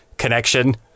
connection